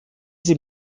sie